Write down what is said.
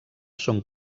són